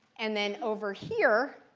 and then over here,